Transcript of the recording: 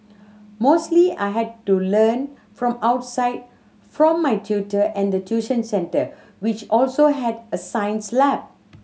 mostly I had to learn from outside from my tutor and the tuition centre which also had a science lab